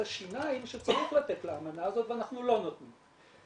השיניים שצריך לתת לאמנה הזאת ואנחנו לא נותנים.